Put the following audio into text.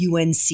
UNC